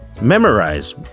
memorize